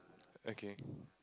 okay